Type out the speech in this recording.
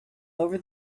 over